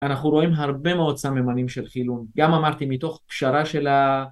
אנחנו רואים הרבה מאוד סממנים של חילון, גם אמרתי מתוך קשרה של ה...